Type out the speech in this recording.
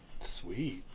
sweet